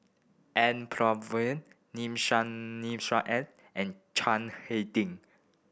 N Palanivelu Nissim Nassim Adis and Chiang Hai Ding